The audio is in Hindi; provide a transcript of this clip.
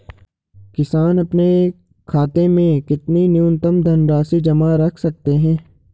किसान अपने खाते में कितनी न्यूनतम धनराशि जमा रख सकते हैं?